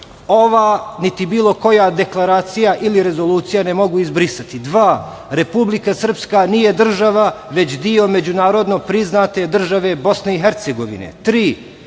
ova niti bilo koja deklaracija ili rezolucija ne mogu izbrisati. Dva. Republika Srpska nije država već deo međunarodno priznate države i Bosne i Hercegovine. Tri.